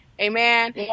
Amen